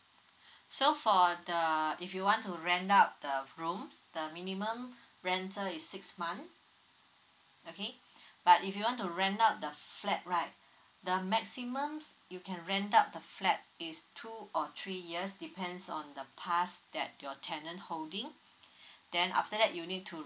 so for the uh if you want to rent out the rooms the minimum rental is six month okay but if you want to rent out the flat right the maximum you can rent out the flat is two or three years depends on a pass that your tenant holding then after that you need to